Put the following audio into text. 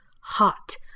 hot